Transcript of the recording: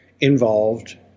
involved